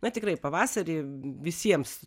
na tikrai pavasarį visiems